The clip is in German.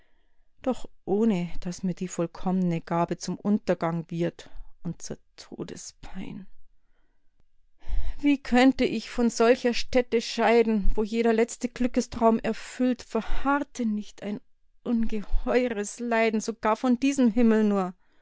doch ohne daß mir die vollkommne gabe zum untergang wird und zur todespein wie könnte ich von solcher stätte scheiden wo jeder letzte glückestraum erfüllt verharrte nicht ein ungeheures leiden sogar von diesem himmel nur verhüllt